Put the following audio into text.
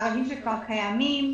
הדברים שכבר קיימים.